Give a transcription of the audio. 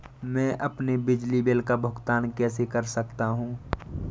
मैं अपने बिजली बिल का भुगतान कैसे कर सकता हूँ?